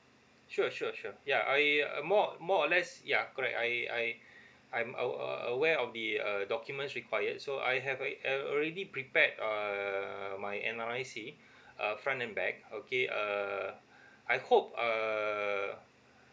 sure sure sure yeah I uh more more or less yeah correct I I I'm uh uh aware of the uh documents required so I have uh uh already prepared err my N_R_I_C uh front and back okay err I hope err